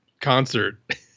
concert